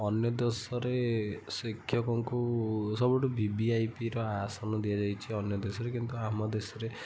ଅନ୍ୟ ଦେଶରେ ଶିକ୍ଷକଙ୍କୁ ସବୁଠୁ ଭିଭିଆଇପିର ଆସନ ଦିଆଯାଇଛି ଅନ୍ୟ ଦେଶରେ କିନ୍ତୁ ଆମ ଦେଶରେ